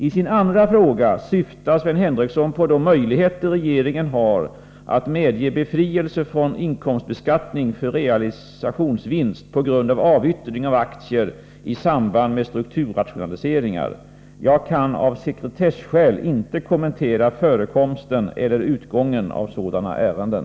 I sin andra fråga syftar Sven Henricsson på de möjligheter regeringen har att medge befrielse från inkomstbeskattning för realisationsvinst på grund av avyttring av aktier i samband med strukturrationaliseringar. Jag kan av sekretesskäl inte kommentera förekomsten eller utgången av sådana ärenden.